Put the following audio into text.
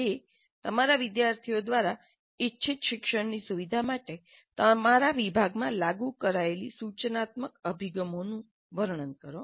2 તમારા વિદ્યાર્થીઓ દ્વારા ઇચ્છિત શિક્ષણની સુવિધા માટે તમારા વિભાગમાં લાગુ કરાયેલી સૂચનાત્મક અભિગમોનું વર્ણન કરો